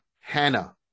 Hannah